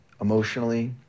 emotionally